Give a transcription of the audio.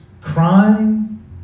crying